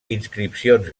inscripcions